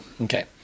Okay